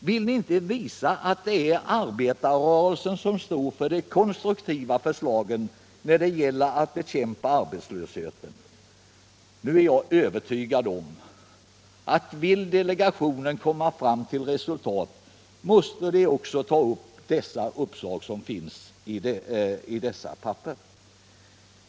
Vill ni inte visa att det är arbetarrörelsen som står för de konstruktiva förslagen när det gäller att bekämpa arbetslösheten? Nu är jag övertygad om att vill delegationen komma fram till resultat, så måste den ta del också av dessa uppslag.